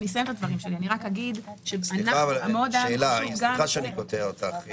סליחה שאני קוטע אותך.